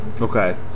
Okay